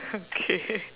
okay